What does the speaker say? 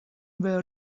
were